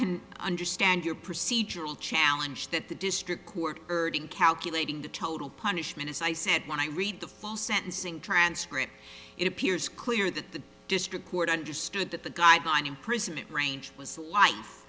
can understand your procedural challenge that the district court urge in calculating the total punishment as i said when i read the full sentencing transcript it appears clear that the district court understood that the guy on imprisonment range was